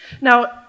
Now